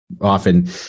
often